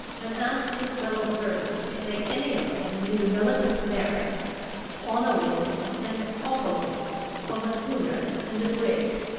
and asked his fellow-servants if they any of them knew the relative merits on a wind and off a wind of a schooner and a brig.